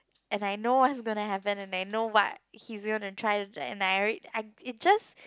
and I know what's gonna happen and I know what he's gonna try to do and I already it just